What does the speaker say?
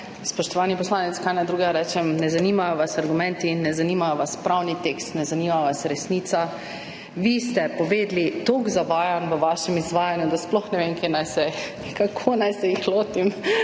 Spoštovani poslanec, kaj naj drugega rečem, ne zanimajo vas argumenti, ne zanima vas pravni tekst, ne zanima vas resnica. Vi ste povedali toliko zavajanj v vašem izvajanju, da sploh ne vem, kako naj se lotim